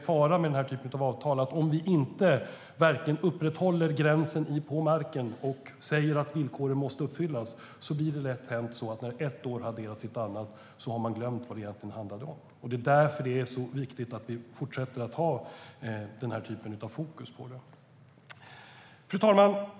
Faran med den här typen av avtal är att det är lätt hänt att man när ett år har adderats till ett annat har glömt vad det egentligen handlade om, om vi inte verkligen upprätthåller gränsen på marken och säger att villkoren måste uppfyllas. Därför är det viktigt att vi fortsätter att ha den här typen av fokus på det. Fru talman!